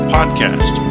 Podcast